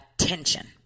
attention